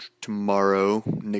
tomorrow